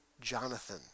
Jonathan